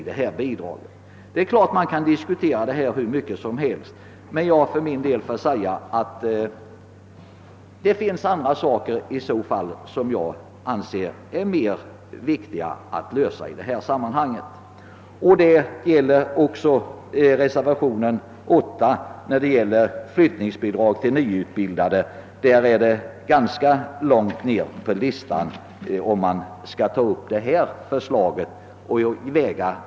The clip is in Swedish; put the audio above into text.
Denna fråga kan naturligtvis diskuteras i oändlighet, men det finns enligt min uppfattning andra problem i detta sammanhang som det är angelägnare att söka lösa. Det krav som framställs i reservationen 8 beträffande flyttningsbidrag för nyutbildade står ganska långt ned på listan av de många önskemål som vi har i dessa sammanhang.